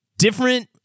Different